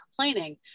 complaining